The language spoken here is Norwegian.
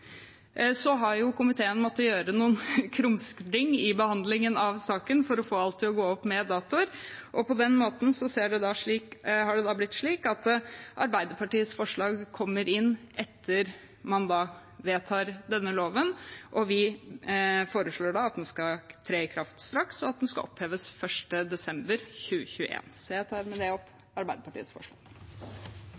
Komiteen har måttet gjøre noen krumspring i behandlingen av saken for å få alt til å gå opp med datoer. På den måten har det blitt slik at Arbeiderpartiets forslag kommer inn etter at man vedtar denne loven. Vi foreslår da at den skal tre i kraft straks, og at den skal oppheves 1. desember